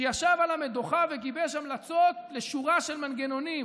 שישב על המדוכה וגיבש המלצות לשורה של מנגנונים,